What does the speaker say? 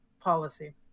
policy